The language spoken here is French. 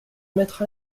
mettre